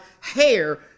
hair